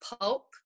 Pulp